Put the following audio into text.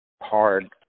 Hard